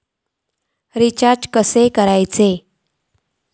Recharge कसा करायचा?